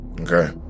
okay